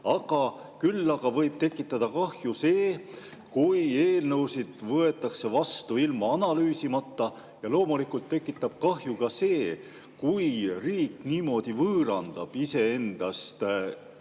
teha. Küll aga võib tekitada kahju see, kui eelnõusid võetakse vastu ilma analüüsimata, ja loomulikult tekitab kahju ka see, kui riik niimoodi võõrandab iseendast